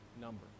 number